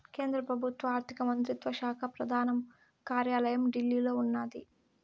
కేంద్ర పెబుత్వ ఆర్థిక మంత్రిత్వ శాక పెదాన కార్యాలయం ఢిల్లీలో ఉన్నాది